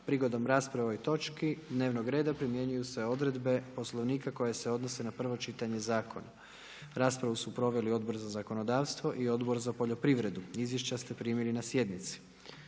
Prigodom rasprave o ovoj točci dnevnog reda primjenjuje se odredbe poslovnik koje se odnose na prvo čitanje zakona. Raspravu su proveli Odbor za zakonodavstvo i Odbor za poljoprivredu. Izvješća ste primili na sjednici.